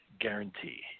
guarantee